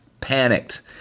panicked